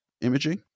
imaging